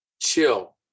chill